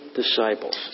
disciples